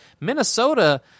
Minnesota